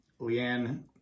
Leanne